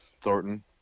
Thornton